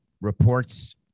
reports